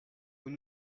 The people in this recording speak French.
vous